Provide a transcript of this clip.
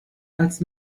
als